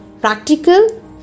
practical